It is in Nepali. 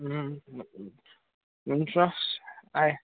हुन्छ आए